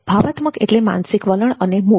ભાવાત્મક એટલે માનસિક વલણ અને મૂડ